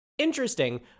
interesting